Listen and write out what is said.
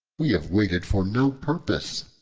we have waited for no purpose,